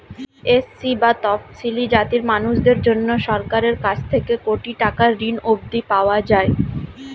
SC বা তফশিলী জাতির মানুষদের জন্যে সরকারের কাছ থেকে কোটি টাকার ঋণ অবধি পাওয়া যায়